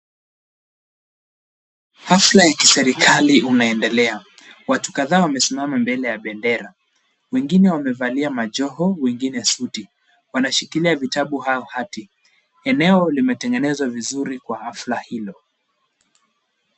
Hafla ya kiserikali inaendelea. Watu kadhaa wamesimama mbele ya bendera. Wengine wamevalia majoho, wengi suti. Wanashikilia vitabu au hati. Eneo limetengenezwa vizuri kwa hafla hilo.